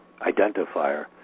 identifier